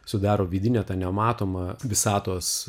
sudaro vidinę tą nematomą visatos